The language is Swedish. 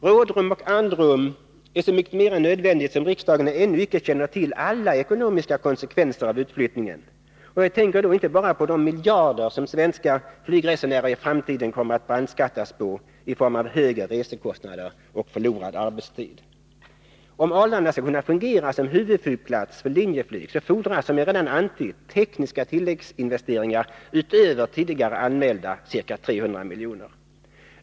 Rådrum och andrum är så mycket mera nödvändigt som riksdagen ännu icke känner till alla ekonomiska konsekvenser av utflyttningen, och jag tänker då inte bara på de miljarder som svenska flygresenärer i framtiden kommer att brandskattas på i form av högre resekostnader och förlorad arbetstid. Om Arlanda skall kunna fungera som huvudflygplats för Linjeflyg fordras - som jag redan antytt — tekniska tilläggsinvesteringar utöver tidigare anmälda ca 300 miljoner.